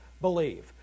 believe